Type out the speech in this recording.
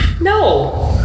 No